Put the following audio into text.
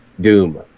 Doom